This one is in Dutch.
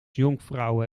jonkvrouwen